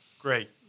Great